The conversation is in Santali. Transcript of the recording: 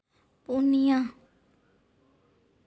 ᱯᱩᱱᱤᱭᱟ